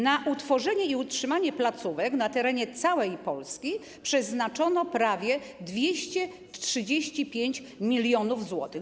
Na utworzenie i utrzymanie placówek na terenie całej Polski przeznaczono prawie 235 mln zł.